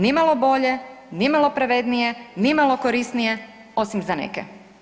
Nimalo bolje, nimalo pravednije, nimalo korisnije, osim za neke.